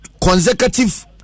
consecutive